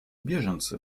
беженцы